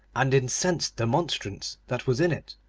and incensed the monstrance that was in it,